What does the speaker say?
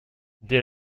dès